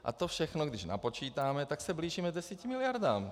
A to všechno, když napočítáme, tak se blížíme 10 miliardám.